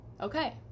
Okay